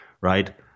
right